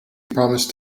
promised